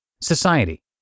Society